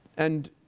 and,